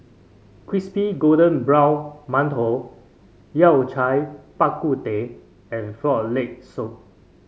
Crispy Golden Brown Mantou Yao Cai Bak Kut Teh and Frog Leg Soup